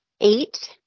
eight